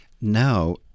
Now